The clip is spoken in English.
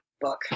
book